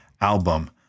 album